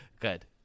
Good